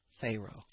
Pharaoh